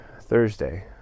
Thursday